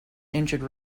injured